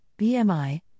BMI